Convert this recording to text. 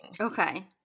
Okay